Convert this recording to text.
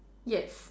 yes